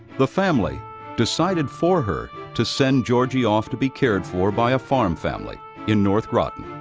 the family decided for her, to send georgie off to be cared for by a farm family in north groton,